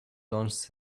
launches